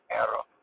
error